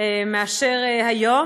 מאשר היום,